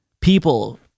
people